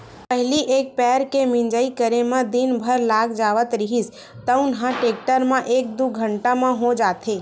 पहिली एक पैर के मिंजई करे म दिन भर लाग जावत रिहिस तउन ह टेक्टर म एक दू घंटा म हो जाथे